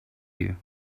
you